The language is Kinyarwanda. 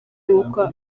nkuko